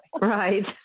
Right